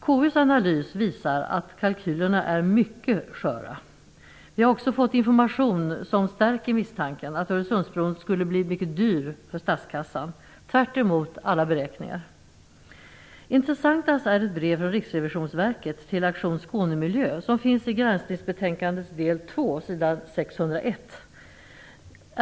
KU:s analys visar att kalkylerna är mycket sköra. KU har också fått information som stärker misstanken att Öresundsbron skulle bli mycket dyr för statskassan, tvärtemot alla beräkningar. Intressantast är ett brev från Riksrevisionsverket till Aktion Skåne-Miljö som finns i granskningsbetänkandets del 2 s. 601.